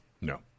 No